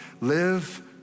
Live